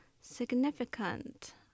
significant